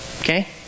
Okay